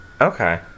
Okay